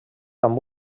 amb